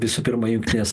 visų pirma jungtinės